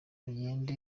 mugende